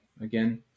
again